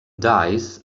dies